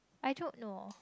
I don't know